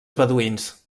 beduïns